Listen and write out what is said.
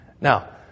Now